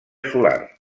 solar